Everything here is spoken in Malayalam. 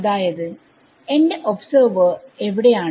അതായത് എന്റെ ഒബ്സെർവർ എവിടെയാണ്